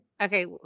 Okay